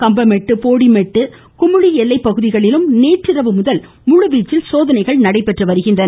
கம்பமெட்டு போடிமெட்டு குமுளி எல்லைப்பகுதிகளிலும் நேற்றிரவு முதல் முழுவீச்சில் சோதனைகள் நடைபெறுகின்றன